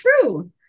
true